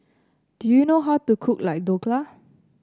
do you know how to cook Dhokla